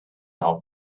off